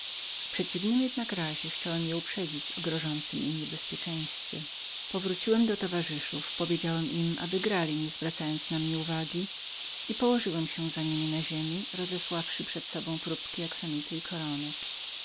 przeciwnym jednak razie chciałem je same uprzedzić o grożącem im niebezpieczeństwie powróciłem do towarzyszów powiedziałem im aby grali nie zwracając na mnie uwagi i położyłem się za niemi rozesławszy przed sobą próbki axamitu i koronek